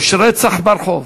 יש רצח ברחוב,